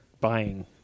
buying